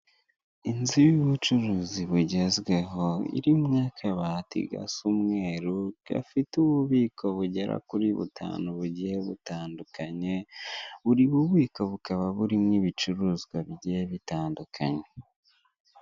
Inzu igurishwa iherereye i Kigali Kibagabaga ku giciro cya miliyoni ijana na mirongo ine ku mafaranga y'u rwanda nziza hose ifite amakaro kandi ikinze neza.